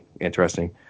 interesting